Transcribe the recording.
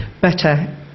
better